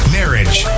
marriage